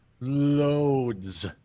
loads